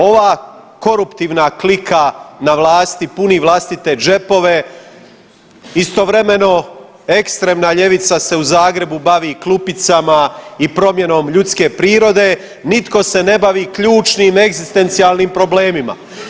Ova koruptivna klika na vlasti puni vlastite džepove istovremeno ekstremna ljevica se u Zagrebu bavi klupicama i promjenom ljudske prirode, nitko se ne bavi ključnim egzistencijalnim problemima.